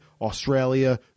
Australia